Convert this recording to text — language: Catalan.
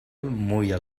mulla